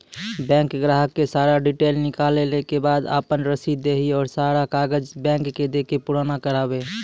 Bank ग्राहक के सारा डीटेल निकालैला के बाद आपन रसीद देहि और सारा कागज बैंक के दे के पुराना करावे?